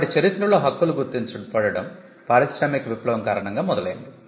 కాబట్టి చరిత్రలో హక్కులు గుర్తించబడడం పారిశ్రామిక విప్లవం కారణంగా మొదలైంది